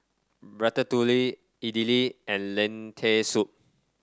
Ratatouille Idili and Lentil Soup